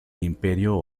imperio